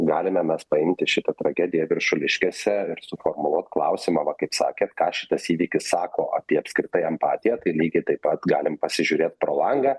galime mes paimti šitą tragediją viršuliškėse ir suformuluot klausimą va kaip sakė ką šitas įvykis sako apie apskritai empatiją tai lygiai taip pat galim pasižiūrėt pro langą